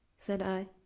said i.